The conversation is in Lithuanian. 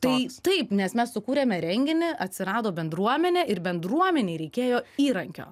tai taip nes mes sukūrėme renginį atsirado bendruomenė ir bendruomenei reikėjo įrankio